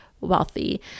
wealthy